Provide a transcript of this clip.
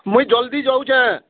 ମୁଇଁ ଜଲ୍ଦି ଯାଉଛେଁ